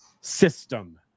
system